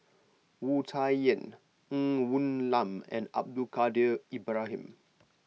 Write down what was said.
Wu Tsai Yen Ng Woon Lam and Abdul Kadir Ibrahim